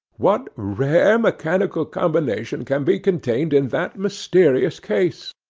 what rare mechanical combination can be contained in that mysterious case?